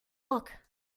ruck